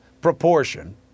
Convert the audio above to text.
proportion